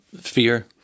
Fear